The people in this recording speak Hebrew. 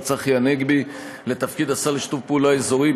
צחי הנגבי לתפקיד השר לשיתוף פעולה אזורי,